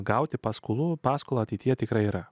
gauti paskolų paskolą ateityje tikrai yra